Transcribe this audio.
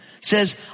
says